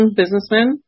businessmen